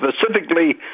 specifically